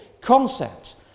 concept